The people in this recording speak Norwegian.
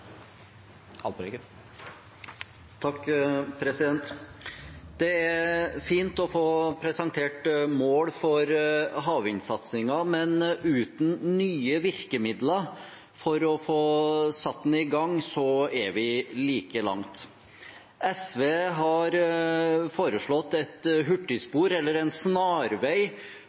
Det er fint å få presentert mål for havvindsatsingen, men uten nye virkemidler for å få satt den i gang er vi like langt. SV har foreslått et hurtigspor, eller en snarvei,